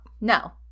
No